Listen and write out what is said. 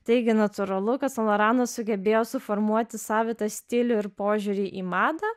taigi natūralu kad san loranas sugebėjo suformuoti savitą stilių ir požiūrį į madą